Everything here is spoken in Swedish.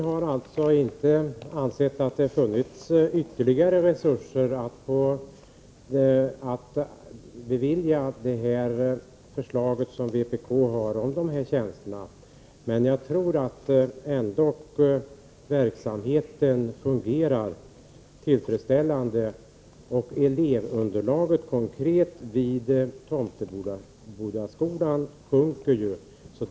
Herr talman! Vi har inte ansett att det har funnits ytterligare resurser att bevilja för ett genomförande av vpk:s förslag om dessa tjänster. Men jag tror att verksamheten ändå kommer att fungera tillfredsställande. Elevunderlaget vid Tomtebodaskolan sjunker ju.